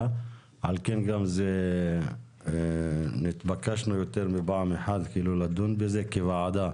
על כן נתבקשנו יותר מפעם אחת לדון בזה כוועדה.